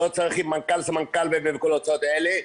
לא צריכים מנכ"ל, סמנכ"ל וכל ההוצאות האלה.